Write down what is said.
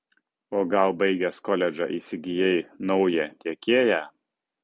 o gal baigęs koledžą įsigijai naują tiekėją